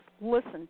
listen